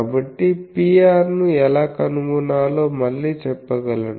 కాబట్టి Pr ను ఎలా కనుగొనాలో మళ్ళీ చెప్పగలను